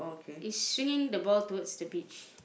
is swinging the ball towards the beach